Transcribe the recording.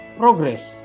progress